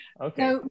Okay